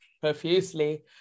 profusely